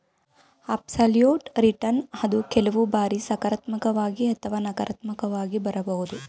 absolute return ಅದು ಕೆಲವು ಬಾರಿ ಸಕಾರಾತ್ಮಕವಾಗಿ ಅಥವಾ ನಕಾರಾತ್ಮಕವಾಗಿ ಬರಬಹುದು